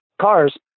cars